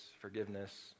forgiveness